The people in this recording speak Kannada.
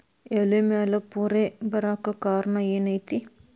ಎಲೆ ಮ್ಯಾಲ್ ಪೊರೆ ಬರಾಕ್ ಕಾರಣ ಏನು ಐತಿ?